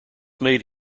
made